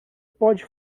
pode